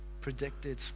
predicted